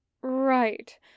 Right